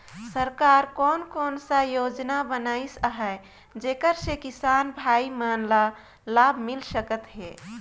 सरकार कोन कोन सा योजना बनिस आहाय जेकर से किसान भाई मन ला लाभ मिल सकथ हे?